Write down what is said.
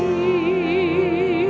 he